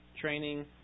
training